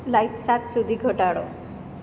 light સાત સુધી ઘટાડો